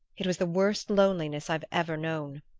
it was the worst loneliness i've ever known.